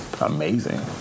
amazing